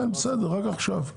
כן, בסדר, רק עכשיו.